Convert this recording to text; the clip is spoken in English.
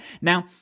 Now